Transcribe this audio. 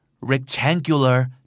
rectangular